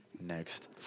next